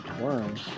worms